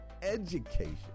education